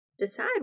Decide